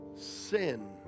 Sin